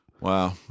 wow